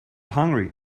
hungry